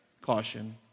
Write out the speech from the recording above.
Caution